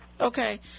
Okay